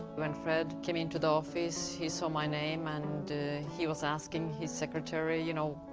when fred came into the office he saw my name, and he was asking his secretary, you know,